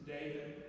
David